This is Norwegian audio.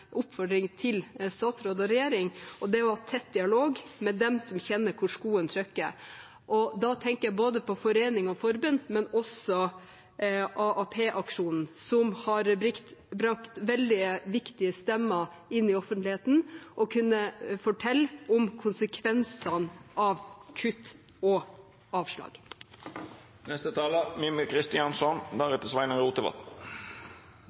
oppfordring til statsråden og regjeringen. Det er å ha tett dialog med dem som kjenner hvor skoen trykker. Da tenker jeg ikke bare på forening og forbund, men også på AAP-aksjonen, som har bragt veldig viktige stemmer inn i offentligheten, som har kunnet fortelle om konsekvensene av kutt og